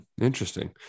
Interesting